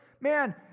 Man